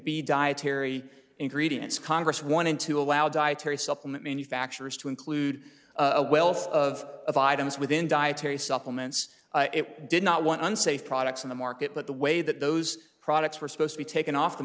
be dietary ingredients congress wanted to allow dietary supplement manufacturers to include a wealth of items within dietary supplements did not want unsafe products in the market but the way that those products were supposed to be taken off the